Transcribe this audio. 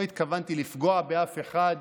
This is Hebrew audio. לא התכוונתי לפגוע באף אחד,